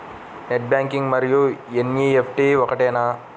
Net banking మరియు NEFT ఒకటేనా?